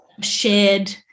shared